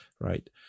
right